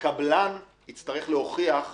הוא יצטרך להוכיח,